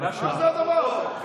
מה זה הדבר הזה?